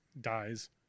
dies